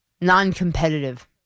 Non-competitive